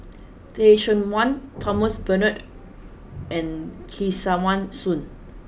Teh Cheang Wan Thomas Braddell and Kesavan Soon